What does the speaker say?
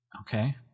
okay